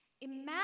Imagine